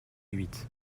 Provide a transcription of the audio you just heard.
huit